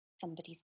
somebody's